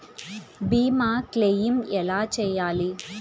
భీమ క్లెయిం ఎలా చేయాలి?